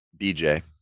BJ